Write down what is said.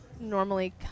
normally